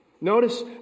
Notice